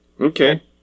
Okay